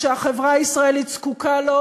שהחברה הישראלית זקוקה לו,